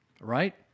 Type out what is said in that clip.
right